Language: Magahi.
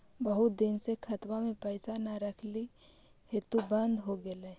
बहुत दिन से खतबा में पैसा न रखली हेतू बन्द हो गेलैय?